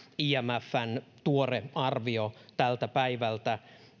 imfn tuoreessa arviossa tältä päivältä